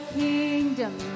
kingdom